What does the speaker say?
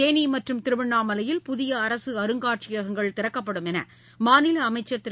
தேனி மற்றும் திருவண்ணாமலையில் புதிய அரசு அருங்காட்சியகங்கள் திறக்கப்படும் என மாநில அமைச்சர் திரு